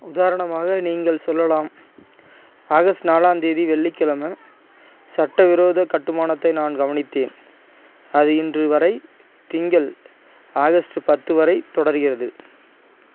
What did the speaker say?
உதாரணமாக நீங்கள் சொல்லலாம் ஆகஸ்ட் நாலாம் தேதி வெள்ளிக்கிழமை சட்டவிரோத கட்டுமானத்தை நான் கவனித்தேன் அது இன்று வரை திங்கள் ஆகஸ்ட் பத்து வரை தொடர்கிறது